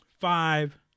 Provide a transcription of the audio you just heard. five